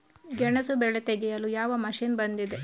ಗೆಣಸು ಬೆಳೆ ತೆಗೆಯಲು ಯಾವ ಮಷೀನ್ ಬಂದಿದೆ?